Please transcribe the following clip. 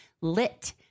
Lit